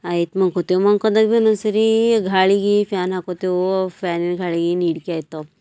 ಆಯ್ತು ಮಂಕೋತೀವಿ ಮಂಕೊಂದಾಗ ಭೀ ಒಂದೊಂದ್ಸಾರಿ ಗಾಳಿಗೆ ಫ್ಯಾನ್ ಹಾಕೊತೀವು ಫ್ಯಾನಿನ ಗಾಳಿಗೆ ನೀಡಿಕೆ ಆಯ್ತವೆ